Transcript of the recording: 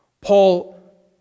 Paul